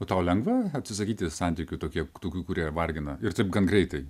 bet tau lengva atsisakyti santykių to kiek tokių kurie vargina ir taip gan greitai